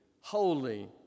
holy